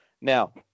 Now